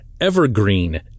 Evergreen